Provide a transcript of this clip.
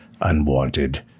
Unwanted